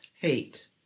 Hate